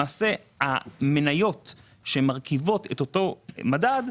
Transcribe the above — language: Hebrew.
המניות שמרכיבות את אותו מדד,